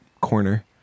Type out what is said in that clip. corner